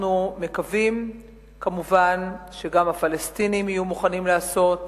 אנחנו מקווים כמובן שגם הפלסטינים יהיו מוכנים לעשות